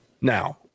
now